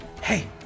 Hey